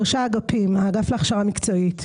שלושה אגפים: האגף להכשרה מקצועית,